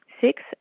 Six